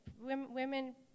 Women